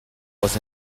was